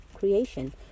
creation